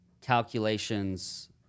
calculations